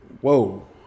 Whoa